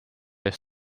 ees